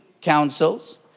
councils